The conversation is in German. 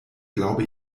glaube